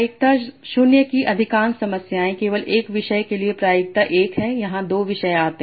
प्रायिकता 0 की अधिकांश समस्याएँ केवल 1 विषय के लिए प्रायिकता 1 या यहाँ 2 विषय आते हैं